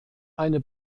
eine